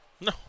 No